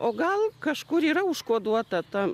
o gal kažkur yra užkoduota ta